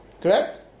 Correct